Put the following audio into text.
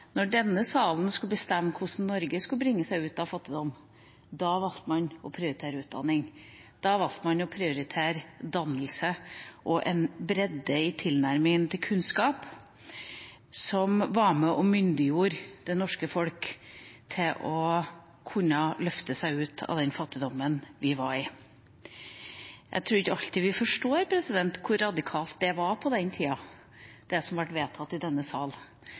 denne salen skulle bestemme hvordan Norge skulle komme seg ut av fattigdom, valgte man å prioritere utdanning. Da valgte man å prioritere dannelse og en bredde i tilnærminga til kunnskap som var med og myndiggjorde det norske folk til å kunne løfte seg ut av den fattigdommen de var i. Jeg tror ikke vi alltid forstår hvor radikalt det var på den tida, det som ble vedtatt i denne sal